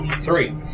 Three